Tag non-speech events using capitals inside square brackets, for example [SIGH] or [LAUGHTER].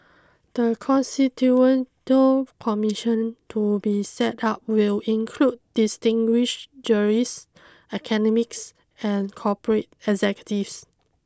the [UNINTELLIGIBLE] Commission to be set up will include distinguished jurists academics and corporate executives